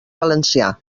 valencià